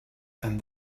and